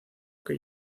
que